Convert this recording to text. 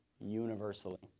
universally